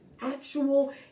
actual